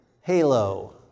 halo